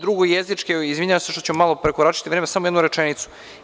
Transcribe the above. Drugo, izvinjavam se što ću malo prekoračiti vreme, samo jednu rečenicu.